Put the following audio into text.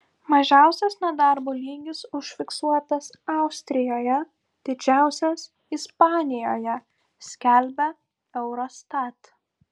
mažiausias nedarbo lygis užfiksuotas austrijoje didžiausias ispanijoje skelbia eurostat